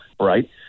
right